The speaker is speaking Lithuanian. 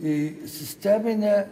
į sisteminę